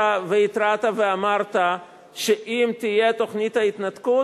והתרעת ואמרת שאם תהיה תוכנית ההתנתקות,